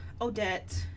Odette